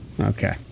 Okay